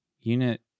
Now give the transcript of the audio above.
Unit